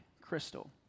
crystal